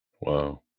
Wow